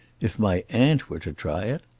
if my aunt were to try it?